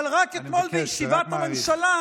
אבל רק אתמול בישיבת הממשלה,